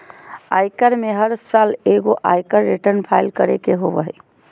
आयकर में हर साल एगो आयकर रिटर्न फाइल करे के होबो हइ